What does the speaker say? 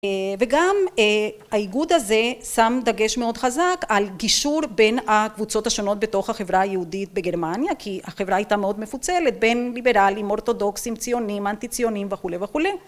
וגם האיגוד הזה שם דגש מאוד חזק על גישור בין הקבוצות השונות בתוך החברה היהודית בגרמניה, כי החברה הייתה מאוד מפוצלת בין ליברלים, אורתודוקסים, ציונים, אנטי ציונים וכולי וכולי.